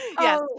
Yes